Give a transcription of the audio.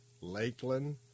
Lakeland